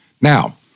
Now